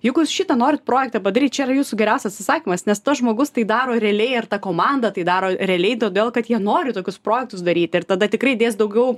jeigu jūs šitą norit projektą padaryt čia yra jūsų geriausias įsakymas nes tas žmogus tai daro realiai ar ta komanda tai daro realiai todėl kad jie nori tokius projektus daryt ir tada tikrai dės daugiau